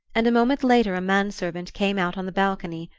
and a moment later a man-servant came out on the balcony,